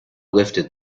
lifted